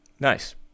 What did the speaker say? Nice